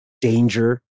danger